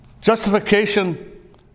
Justification